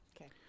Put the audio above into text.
Okay